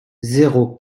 zéro